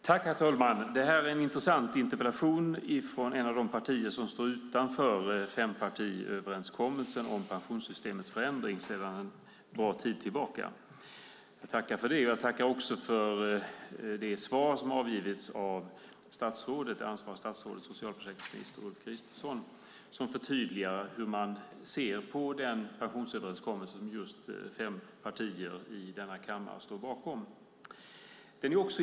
Herr talman! Det här är en intressant interpellation från ett av de partier som står utanför fempartiöverenskommelsen om pensionssystemets förändring sedan en bra tid tillbaka. Jag tackar för den. Jag tackar också för det svar som avgivits av det ansvariga statsrådet socialförsäkringsminister Ulf Kristersson som förtydligar hur man ser på den pensionsöverenskommelse som fem partier i denna kammare står bakom.